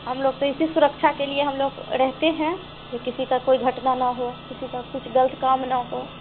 हम लोग तो इसी सुरक्षा के लिए हम लोग रहते हैं कि किसी का कोई घटना ना हो किसी का कुछ ग़लत काम ना हो